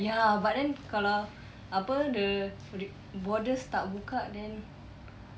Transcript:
ya but then kalau apa the what do you borders tak buka then